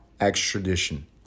extradition